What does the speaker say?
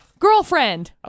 Girlfriend